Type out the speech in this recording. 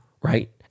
right